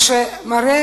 מה שמראה